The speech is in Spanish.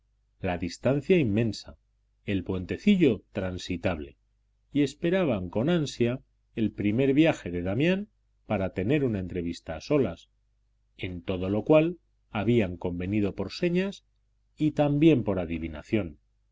la distancia inmensa el puentecillo transitable y esperaban con ansia el primer viaje de damián para tener una entrevista a solas en todo lo cual habían convenido por señas y también por adivinación